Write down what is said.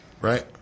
Right